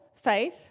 ...faith